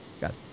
got